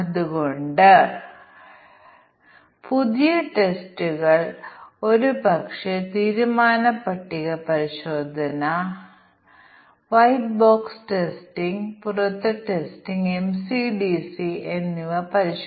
ഇത് നിങ്ങൾക്ക് കൃത്യമായ ടെസ്റ്റ് കേസുകൾ നൽകും ഗൂഗിൾ പിഐസിടിയിൽ നിങ്ങൾക്ക് നോക്കാനാകുന്ന ഉപകരണങ്ങൾ വിൻഡോസിലാണ് പ്രവർത്തിക്കുന്നത് കൂടാതെ ലിനക്സ് പ്ലാറ്റ്ഫോമുകളിൽ Jenny open source C programme